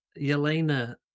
Yelena